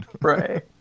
right